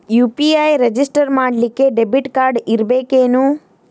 UPI register ಮಾಡ್ಲಿಕ್ಕೆ debit card ಇರ್ಬೇಕೇನು?